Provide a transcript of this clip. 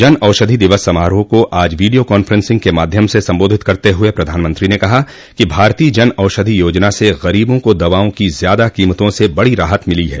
जन औषधि दिवस समारोह को आज वीडियो कांफ्रेसिंग के माध्यम से संबोधित करते हुए प्रधानमंत्री ने कहा कि भारतीय जन औषधि योजना से गरीबों को दवाओं की ज्यादा कीमतों से बड़ी राहत मिली है